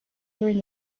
during